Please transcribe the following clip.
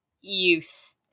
use